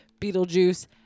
Beetlejuice